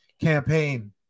Campaign